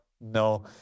no